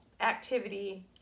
activity